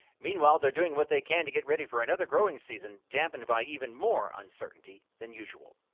meanwhile, they're doing what they can to get ready for another growing season dampened by even more uncertainty than usual.